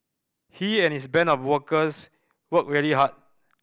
he and his band of workers worked really hard